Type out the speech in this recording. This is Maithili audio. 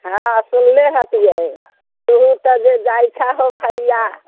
हँ सुनले हतियै